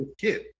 kid